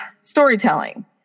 storytelling